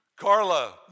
Carla